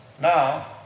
Now